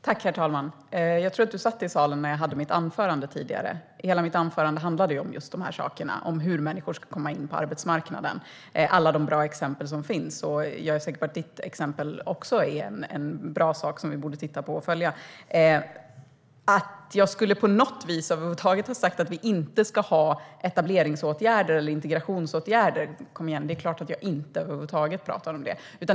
Herr talman! Jag tror att Annelie Karlsson satt i salen när jag höll mitt anförande tidigare. Hela mitt anförande handlade om just de här sakerna - hur människor ska komma in på arbetsmarknaden och alla de goda exempel som finns. Jag är säker på att också ditt exempel är en bra sak som vi borde titta på och följa. Att jag på något vis skulle ha sagt att vi inte ska ha etableringsåtgärder eller integrationsåtgärder - kom igen, det är klart att jag över huvud inte talar om det!